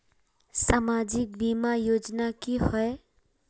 सामाजिक बीमा योजना की होय?